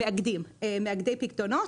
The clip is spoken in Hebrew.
מאגדי פיקדונות.